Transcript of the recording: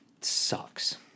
sucks